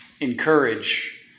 encourage